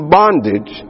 bondage